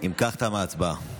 אם כך, תמה ההצבעה.